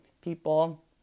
people